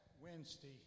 Wednesday